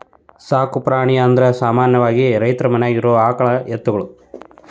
ಸಾಕು ಪ್ರಾಣಿ ಅಂದರ ಸಾಮಾನ್ಯವಾಗಿ ರೈತರ ಮನ್ಯಾಗ ಇರು ಆಕಳ ಎತ್ತುಗಳು